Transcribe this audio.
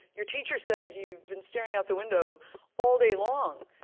your teacher says you've been staring out the window all day long.